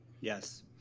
Yes